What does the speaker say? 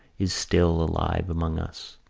is still alive among us.